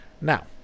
Now